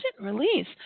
release